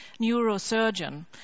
neurosurgeon